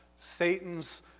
Satan's